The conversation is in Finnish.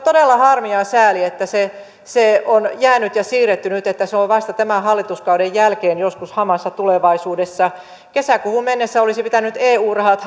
todella harmi ja ja sääli että se se on jäänyt ja siirretty nyt ja että se on vasta tämän hallituskauden jälkeen joskus hamassa tulevaisuudessa kesäkuuhun mennessä olisi pitänyt eu rahat